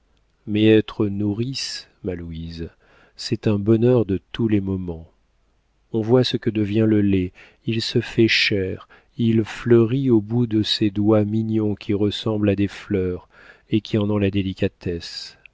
mais être nourrice ma louise c'est un bonheur de tous les moments on voit ce que devient le lait il se fait chair il fleurit au bout de ces doigts mignons qui ressemblent à des fleurs et qui en ont la délicatesse